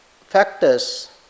factors